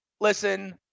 listen